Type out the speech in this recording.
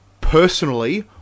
personally